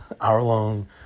hour-long